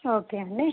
okay అండి